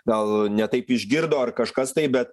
gal ne taip išgirdo ar kažkas tai bet